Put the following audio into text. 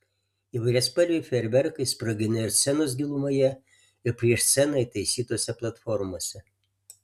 įvairiaspalviai fejerverkai sproginėjo ir scenos gilumoje ir prieš sceną įtaisytose platformose